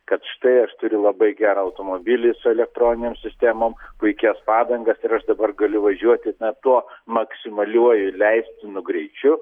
kad štai aš turiu labai gerą automobilį su elektroninėm sistemom puikias padangas ir aš dabar galiu važiuoti na tuo maksimaliuoju leistinu greičiu